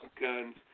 guns